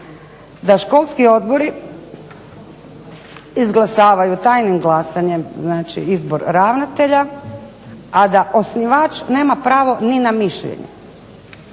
da školski odbori izglasavaju tajnim glasanjem znači izbor ravnatelja, a da osnivač nema pravo ni na mišljenje.